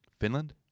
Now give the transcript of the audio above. Finland